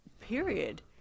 period